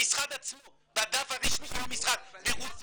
המשרד עצמו, בדף הרשמי של המשרד, ברוסית.